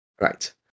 Right